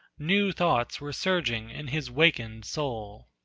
new thoughts were surging in his wakened soul.